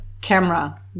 camera